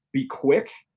be quick,